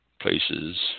places